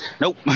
Nope